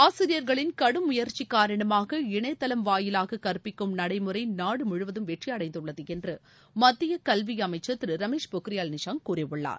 ஆசிரியர்களின் கடும் முயற்சி காரணமாக இணையதளம் வாயிலாக கற்பிற்கும் நடைமுறை நாடுமுழுவதும் வெற்றியடைந்துள்ளது என்று மத்திய கல்வி அமைச்சர் திரு ரமேஷ் பொக்ரியால் கூறியுள்ளார்